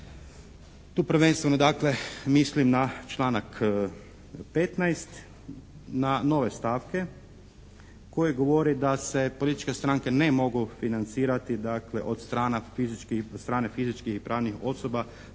Tu prvenstveno dakle mislim na članak 15., na nove stavke koje govore da se političke stranke ne mogu financirati dakle od strane fizičkih i pravnih osoba